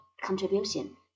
contribution